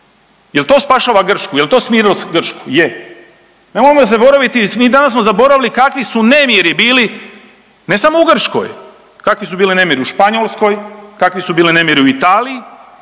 Jel to spašava Grčku, jel to smirilo Grčku? Je. Nemojmo zaboraviti, mi danas smo zaboravili kakvi su nemiri bili ne samo u Grčkoj, kakvi su bili nemiri u Španjolskoj, kakvi su bili nemiri u Italiji,